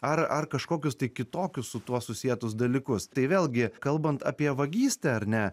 ar ar kažkokius kitokius su tuo susietus dalykus tai vėlgi kalbant apie vagystę ar ne